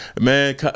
Man